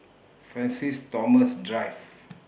Francis Thomas Drive